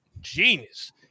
genius